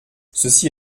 ceci